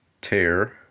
Tear